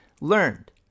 learned